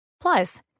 Plus